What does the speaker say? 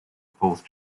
fourth